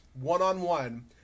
one-on-one